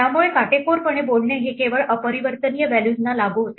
त्यामुळे काटेकोरपणे बोलणे हे केवळ अपरिवर्तनीय व्हॅल्यूजना लागू होते